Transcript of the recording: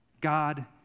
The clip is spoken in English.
God